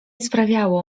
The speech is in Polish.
sprawiało